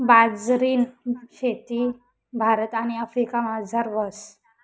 बाजरीनी शेती भारत आणि आफ्रिकामझार व्हस